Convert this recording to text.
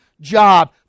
job